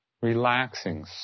Relaxing